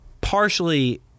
partially